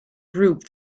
group